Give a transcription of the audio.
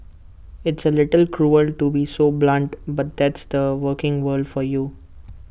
it's A little cruel to be so blunt but that's the working world for you